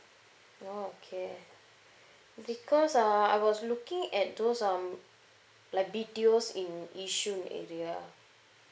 oh okay because uh I was looking at those um like B_T_O's in yishun area